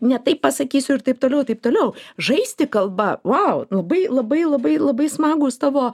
ne taip pasakysiu ir taip toliau ir taip toliau žaisti kalba vau labai labai labai labai smagūs tavo